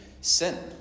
sin